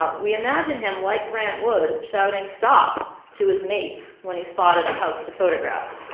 ah we imagine him like grant wood, shouting stop to his mates when he spotted a house to photograph.